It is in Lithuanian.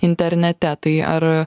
internete tai ar